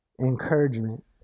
encouragement